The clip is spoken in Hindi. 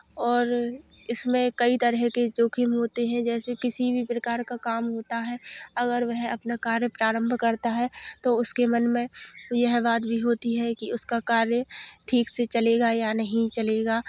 और इसमें कई तरह के जोखम होते हैं जैसे किसी भी प्रकार का काम होता है अगर वह अपना कार्य प्रारंभ करता है तो उसके मन में यह बात भी होती है कि उस का कार्य ठीक से चलेगा या नहीं चलेगा